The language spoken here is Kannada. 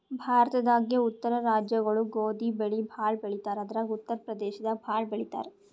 ಭಾರತದಾಗೇ ಉತ್ತರ ರಾಜ್ಯಗೊಳು ಗೋಧಿ ಬೆಳಿ ಭಾಳ್ ಬೆಳಿತಾರ್ ಅದ್ರಾಗ ಉತ್ತರ್ ಪ್ರದೇಶದಾಗ್ ಭಾಳ್ ಬೆಳಿತಾರ್